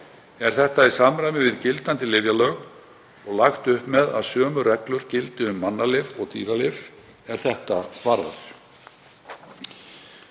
Er þetta í samræmi við gildandi lyfjalög og lagt er upp með að sömu reglur gildi um mannalyf og dýralyf er þetta varðar.